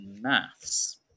Maths